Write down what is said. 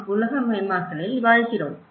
நாம் உலகமயமாக்கலில் வாழ்கிறோம்